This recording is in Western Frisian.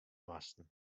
moasten